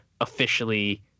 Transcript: officially